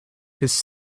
his